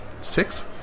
six